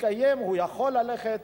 הוא יכול ללכת,